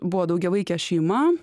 buvo daugiavaikė šeima